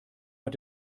hat